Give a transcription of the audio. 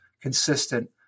consistent